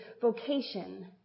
vocation